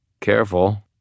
Careful